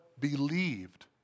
believed